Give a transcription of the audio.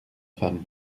femme